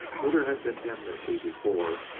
where there had been enmity before,